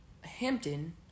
Hampton